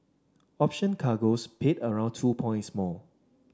option cargoes paid around two points more